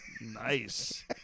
Nice